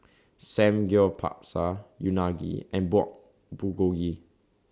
Samgyeopsal Unagi and Pork Bulgogi